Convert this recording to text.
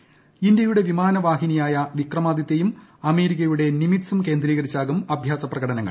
പ്രക്ഇന്ത്യയുടെ വിമാന വാഹിനിയായ വിക്രമാദിതൃയും അമേരിക്കയുടെ നിമിറ്റ്സും കേന്ദ്രീകരിച്ചാകും അഭ്യാസ പ്രകടനങ്ങൾ